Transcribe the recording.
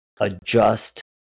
adjust